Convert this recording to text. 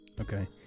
Okay